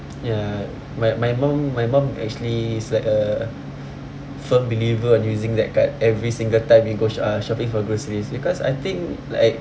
ya my my mum my mum actually is like a firm believer on using that card every single time we go sh~ uh shopping for groceries because I think like